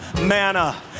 manna